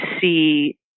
see